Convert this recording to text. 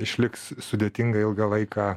išliks sudėtinga ilgą laiką